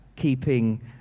keeping